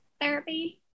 therapy